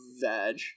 vag